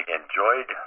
enjoyed